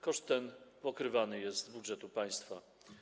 Koszt ten pokrywany jest z budżetu państwa.